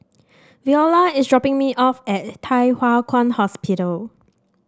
Veola is dropping me off at Thye Hua Kwan Hospital